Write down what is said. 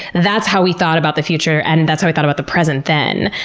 that's how we thought about the future. and that's how we thought about the present then.